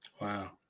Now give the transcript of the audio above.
Wow